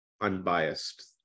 unbiased